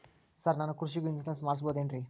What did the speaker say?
Sir ನಾನು ಕೃಷಿಗೂ insurance ಮಾಡಸಬಹುದೇನ್ರಿ?